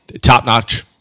top-notch